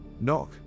Knock